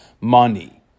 money